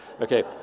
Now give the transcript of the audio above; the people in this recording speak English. Okay